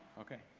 ok.